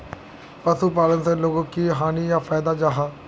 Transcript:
पशुपालन से लोगोक की हानि या फायदा जाहा?